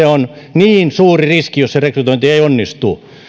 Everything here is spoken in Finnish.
on niin suuri riski jos se rekrytointi ei onnistu